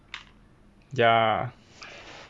ya